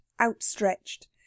outstretched